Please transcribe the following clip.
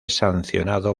sancionado